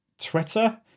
Twitter